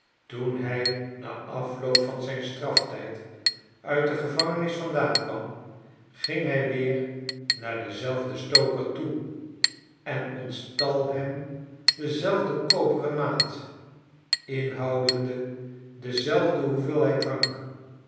toen hij na afloop van zijn straftijd uit degevangenis vandaan kwam ging hij weer naar denzelfden stoker toe en ontstal hem dezelfde koperen maat inhoudende dezelfde hoeveelheid drank